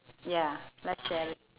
ya let's share it